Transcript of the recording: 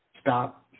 stop